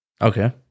okay